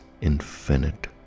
infinite